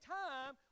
time